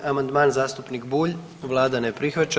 1. amandman zastupnik Bulj, vlada ne prihvaća.